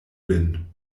lin